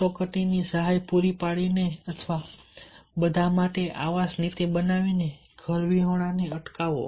કટોકટીની સહાય પૂરી પાડીને અથવા બધા માટે આવાસ નીતિ બનાવીને ઘરવિહોણાને અટકાવો